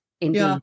indeed